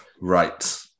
Right